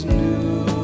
new